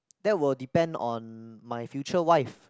that will depend on my future wife